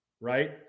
right